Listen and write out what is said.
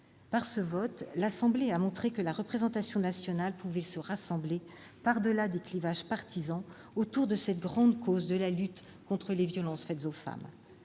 de ce vote, l'Assemblée nationale a montré que la représentation nationale pouvait se rassembler, par-delà les clivages partisans, autour de cette grande cause qu'est la lutte contre les violences faites aux femmes.